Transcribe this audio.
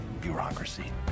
bureaucracy